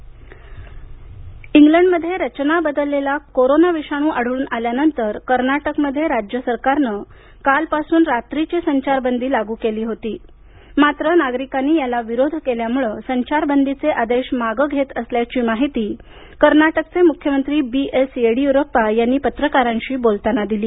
Karnataka curfew इंग्लंडमध्ये रचना बदलेला कोरोना विषाणू आढळून आल्यानंतर कर्नाटकमध्ये राज्य सरकारनं कालपासून रात्रीची संचारबंदी लागू केली होती मात्र नागरिकांनी याला विरोध केल्यामुळे संचारबंदीचे आदेश मागे घेत असल्याची माहिती कर्नाटकचे मुख्यमंत्री बी एस येडीयुरप्पा यांनी पत्रकारांशी बोलताना दिली